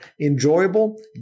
enjoyable